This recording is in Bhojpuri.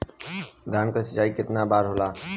धान क सिंचाई कितना बार होला?